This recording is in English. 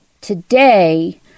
today